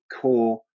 core